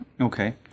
Okay